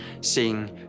seeing